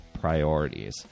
priorities